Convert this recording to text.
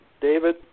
David